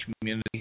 community